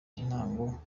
intango